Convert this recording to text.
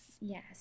Yes